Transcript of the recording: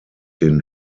den